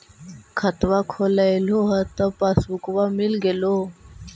खतवा खोलैलहो तव पसबुकवा मिल गेलो?